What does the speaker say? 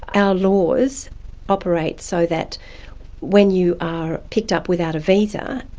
our laws operate so that when you are picked up without a visa,